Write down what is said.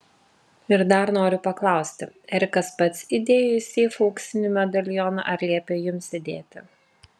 ir dar noriu paklausti erikas pats įdėjo į seifą auksinį medalioną ar liepė jums įdėti